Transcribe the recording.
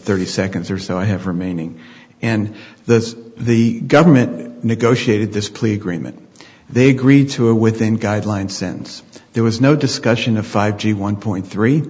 thirty seconds or so i have remaining in the the government negotiated this plea agreement they agreed to it within guidelines since there was no discussion of five g one point three